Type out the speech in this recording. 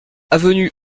avenue